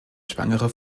schwangere